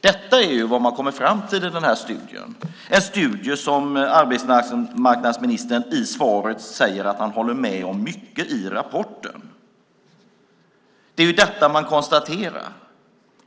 Detta är vad man kommer fram till i den här studien, och arbetsmarknadsministern säger i svaret att han håller med om mycket i rapporten. Det är ju detta man konstaterar.